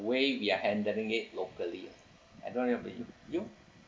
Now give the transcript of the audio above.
way we are handling it locally ah I don't know about you you